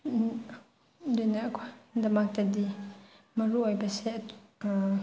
ꯑꯗꯨꯅ ꯑꯩꯈꯣꯏꯒꯤꯗꯃꯛꯇꯗꯤ ꯃꯔꯨ ꯑꯣꯏꯕꯁꯦ